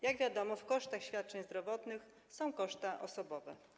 Jak wiadomo, w kosztach świadczeń zdrowotnych są koszty osobowe.